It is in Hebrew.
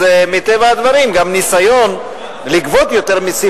אז מטבע הדברים גם ניסיון לגבות יותר מסים,